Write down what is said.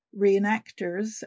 reenactors